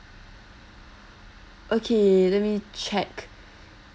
okay let me check